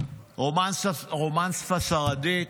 "רומנסה ספרדית",